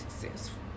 successful